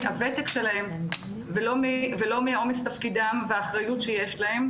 הוותק שלהם ולא מעומס תפקידם והאחריות שיש להם,